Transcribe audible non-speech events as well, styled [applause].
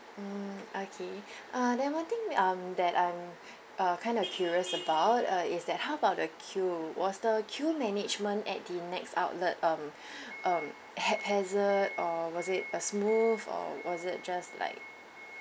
mm okay uh then one thing um that I'm uh kind of curious about uh is that how about the queue was the queue management at the NEX outlet um [breath] um haphazard or was it a smooth or was it just like